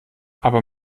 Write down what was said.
aber